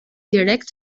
direkt